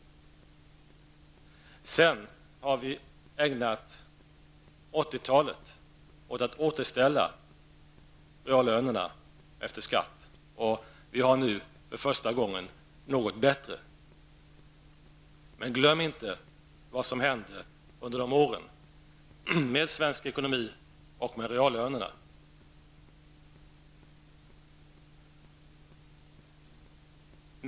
Sedan ägnade vi 80-talet åt att återställa reallönerna efter skatt. För första gången är det nu något bättre. Men glöm inte vad som hände under de här åren med svensk ekonomi och med reallönerna!